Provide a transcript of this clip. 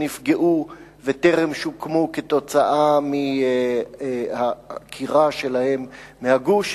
נפגעו וטרם שוקמו כתוצאה מהעקירה שלהם מהגוש.